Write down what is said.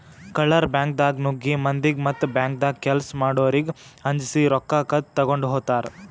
ಕಳ್ಳರ್ ಬ್ಯಾಂಕ್ದಾಗ್ ನುಗ್ಗಿ ಮಂದಿಗ್ ಮತ್ತ್ ಬ್ಯಾಂಕ್ದಾಗ್ ಕೆಲ್ಸ್ ಮಾಡೋರಿಗ್ ಅಂಜಸಿ ರೊಕ್ಕ ಕದ್ದ್ ತಗೊಂಡ್ ಹೋತರ್